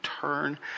turn